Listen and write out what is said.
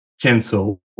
cancel